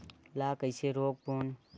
ला कइसे रोक बोन?